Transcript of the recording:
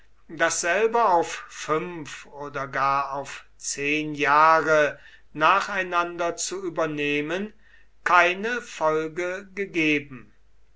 dasselbe auf fünf oder gar auf zehn jahre nacheinander zu übernehmen keine folge gegeben